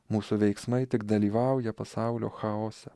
mūsų veiksmai tik dalyvauja pasaulio chaose